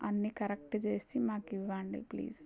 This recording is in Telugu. అన్ని కరెక్ట్ చేసి మాకివ్వండి ప్లీస్